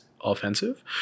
offensive